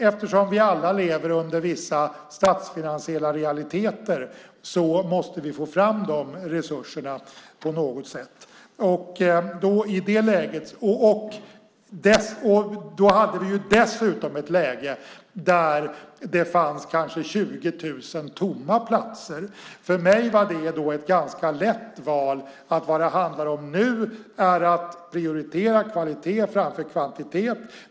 Eftersom vi alla lever under vissa statsfinansiella realiteter måste vi få fram de resurserna på något sätt. Vi hade dessutom ett läge där det fanns kanske 20 000 tomma platser. För mig var det ett ganska lätt val. Nu handlar det om att prioritera kvalitet framför kvantitet.